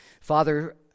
Father